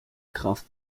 kraft